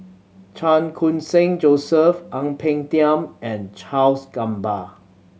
Chan Khun Sing Joseph Ang Peng Tiam and Charles Gamba